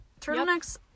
turtlenecks